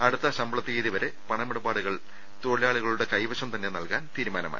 അടുത്ത ശമ്പള തീയ്യതി വരെ പണമിടപാടുകൾ തൊഴിലാളികളുടെ കൈവശം തന്നെ നൽകാൻ തീരുമാനമായി